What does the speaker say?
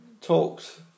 talks